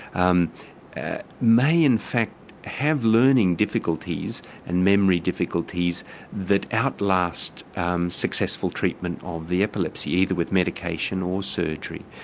um may in fact have learning difficulties and memory difficulties that outlast successful treatment of the epilepsy either with medication or surgery.